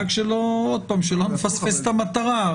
אבל שלא נפספס את המטרה.